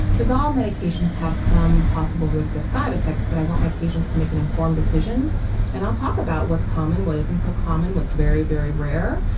because all medications have some possible risk of side effects, but i want my patients to make an informed decision and i'll talk about what's common, what isn't so common, what's very, very rare,